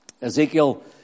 Ezekiel